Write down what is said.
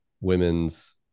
women's